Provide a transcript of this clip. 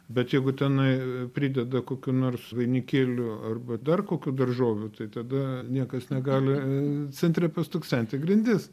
bet jeigu tenai prideda kokių nors vainikėlių arba dar kokių daržovių tai tada niekas negali centre pastuksent į grindis